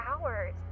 hours